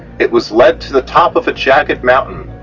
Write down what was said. it was led to the top of a jagged mountain,